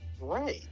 Right